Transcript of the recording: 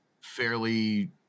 fairly